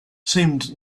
seemed